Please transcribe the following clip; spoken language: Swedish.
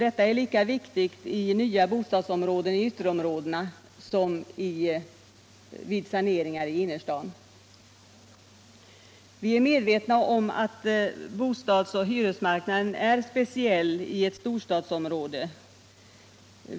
Detta är lika viktigt i nya bostadsområden i ytterområdena som vid saneringar i innerstaden. Vi är medvetna om att bostadsoch hyresmarknaden är speciell i ett storstadsområde.